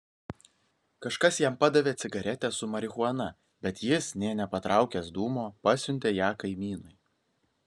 kažkas jam padavė cigaretę su marihuana bet jis nė nepatraukęs dūmo pasiuntė ją kaimynui